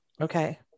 Okay